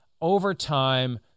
overtime